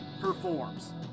performs